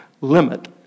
limit